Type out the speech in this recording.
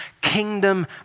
kingdom